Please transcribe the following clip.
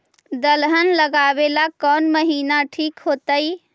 दलहन लगाबेला कौन महिना ठिक होतइ?